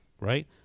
right